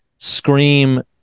Scream